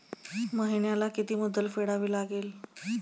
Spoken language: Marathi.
महिन्याला किती मुद्दल फेडावी लागेल?